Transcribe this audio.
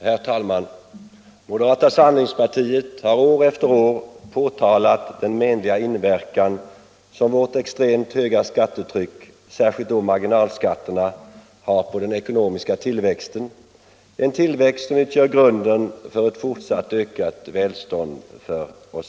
Herr talman! Moderata samlingspartiet har år efter år påtalat den menliga inverkan som vårt extremt höga skattetryck, särskilt då marginalskatterna, har på den ekonomiska tillväxten, en tillväxt som utgör grunden för ett fortsatt ökat välstånd för alla.